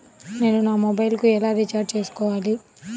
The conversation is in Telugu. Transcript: నేను నా మొబైల్కు ఎలా రీఛార్జ్ చేసుకోవాలి?